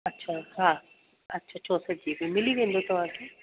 अछा हा अछा चोहठि जीबी मिली वेंदो तव्हांखे